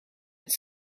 het